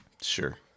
Sure